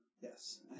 Yes